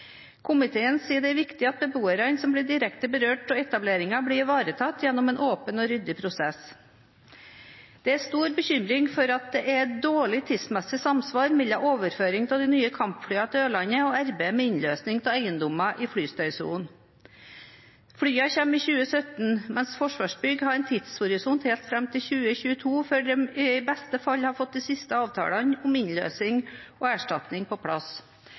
Komiteen sier det er viktig at beboerne som blir direkte berørt av etableringen, blir ivaretatt gjennom en åpen og ryddig prosess. Det er stor bekymring for at det er dårlig tidsmessig samsvar mellom overføring av de nye kampflyene til Ørland og arbeidet med innløsning av eiendommer i f1ystøysonen. Flyene kommer i 2017, mens Forsvarsbygg har en tidshorisont helt fram til 2022 før de i beste fall har fått de siste avtalene om innløsning og erstatninger på plass.